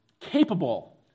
capable